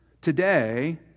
Today